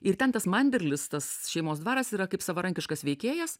ir ten tas manderlis tas šeimos dvaras yra kaip savarankiškas veikėjas